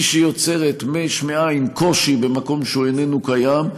היא שיוצרת יש מאין קושי במקום שהוא איננו קיים,